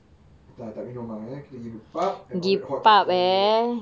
tak tak minum ah eh ah kita pergi pub ordered hot chocolate